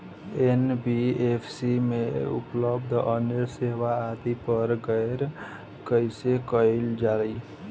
NBFC में उपलब्ध अन्य सेवा आदि पर गौर कइसे करल जाइ?